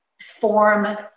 form